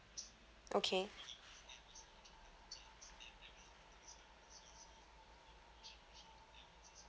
okay